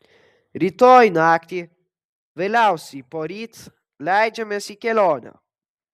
rytoj naktį vėliausiai poryt leidžiamės į kelionę